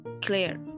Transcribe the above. clear